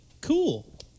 cool